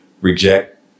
reject